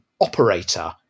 operator